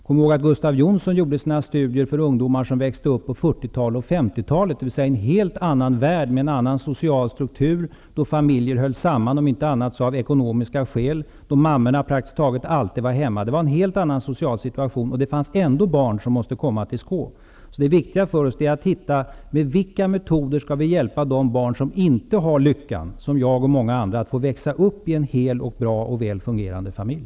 Kom ihåg att Gustav Jonsson gjorde sina studier om ungdomar som växte upp på 40 och 50-talet, dvs. i en helt annan värld med en helt annan social struktur, då familjer höll samman, om inte annat så av ekonomiska skäl, då mammorna praktiskt taget alltid var hemma. Det var en helt annan social situation, men ändå fanns det barn som måste komma till Skå. Det är därför viktigt att se med vilka metoder vi skall hjälpa de barn som inte har lyckan, som jag och många andra, att få växa upp i en hel, bra och väl fungerande familj.